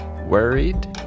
Worried